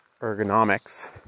ergonomics